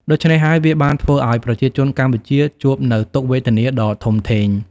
ដូច្នេះហើយវាបានធ្វើឱ្យប្រជាជនកម្ពុជាជួបនូវទុក្ខវេទនាដ៏ធំធេង។